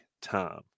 time